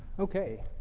okay.